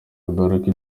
kugarura